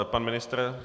Pan ministr?